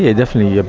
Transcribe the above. yeah definitely. ah